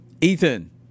Ethan